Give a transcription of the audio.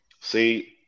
See